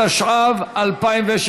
התשע"ו 2016,